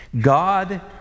God